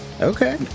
Okay